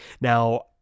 Now